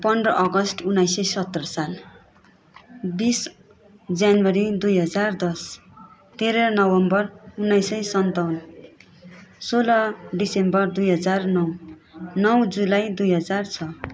पन्ध्र अगस्ट उन्नाइस सय सत्र साल बिस जनवरी दुई हजार दस तेह्र नोभेम्बर उन्नाइस सय सन्ताउन्न सोह्र डिसेम्बर दुई हजार नौ नौ जुलाई दुई हजार छ